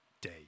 day